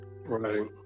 right